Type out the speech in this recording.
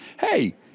hey